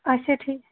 اچھا ٹھیٖک